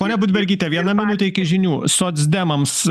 ponia budbergyte viena minutė iki žinių socdemams